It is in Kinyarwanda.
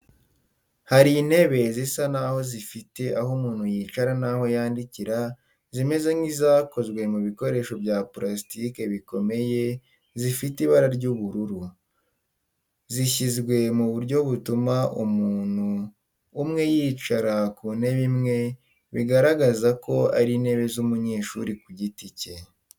Hari intebe zisa n’aho zifite aho umuntu yicara n’aho yandikira zimeze nk’izakozwe mu bikoresho bya purasitiki bikomeye zifite ibara ry’ubururu. Zishyizwe mu buryo butuma umuntu umwe yicara ku ntebe imwe bigaragaza ko ari intebe z’umunyeshuri ku giti cye.